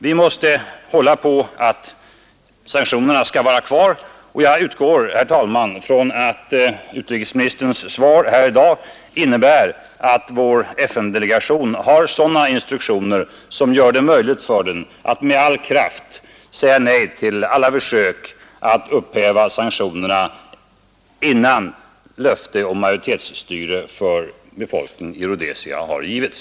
Vi måste hålla på att sanktionerna skall fortsätta, och jag utgår, herr talman, ifrån att utrikesministerns svar här i dag innebär att vår FN-delegation har sådana instruktioner som gör det möjligt för den att med all kraft säga nej till alla försök att upphäva sanktionerna innan löfte om majoritetsstyre för befolkningen i Rhodesia har givits.